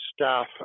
staff